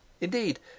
indeed